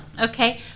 okay